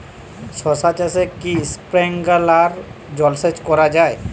শশা চাষে কি স্প্রিঙ্কলার জলসেচ করা যায়?